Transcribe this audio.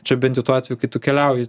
čia bent jau tuo atveju kai tu keliauji